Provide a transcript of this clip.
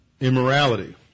immorality